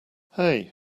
hey